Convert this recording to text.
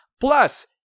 Plus